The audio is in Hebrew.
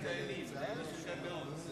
זה יפה מאוד.